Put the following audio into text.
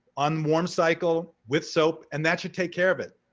on warm cycle, with soap, and that should take care of it.